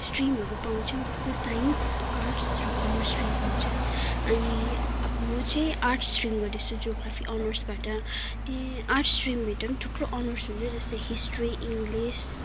स्ट्रिमहरू पाउँछ जस्तै science arts र कमर्स स्ट्रिम पाउँछ अनि म चाहिँ आर्टस् स्ट्रिम गर्दैछु ज्योग्राफी अनर्सबाट टी आर्टस् इस्ट्रिमभित्र पनि थुप्रो अनर्स हुन्छ जस्तै हिस्ट्री इङ्लिस